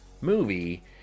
movie